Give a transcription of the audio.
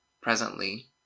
presently